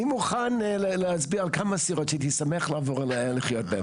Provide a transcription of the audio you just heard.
אני מוכן להצביע על כמה סירות שהייתי שמח לעבור לחיות בהן,